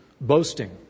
boasting